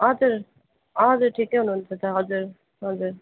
हजुर हजुर ठिकै हुनुहुन्छ त हजुर हजुर